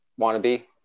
wannabe